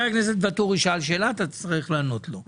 חבר הכנסת ואטורי שאל שאלה תצטרך לענות לו.